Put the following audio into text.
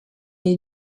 est